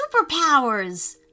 superpowers